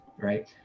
right